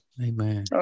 Amen